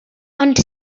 ond